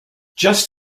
just